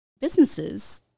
businesses